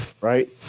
right